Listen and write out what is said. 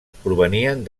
provenien